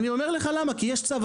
אני אומר לך למה כי יש צו,